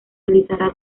realizará